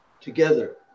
together